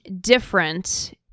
different